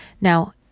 Now